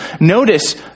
Notice